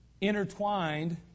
intertwined